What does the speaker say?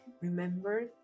Remember